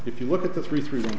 if you look at the three three